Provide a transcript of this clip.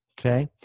Okay